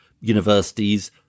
universities